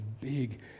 big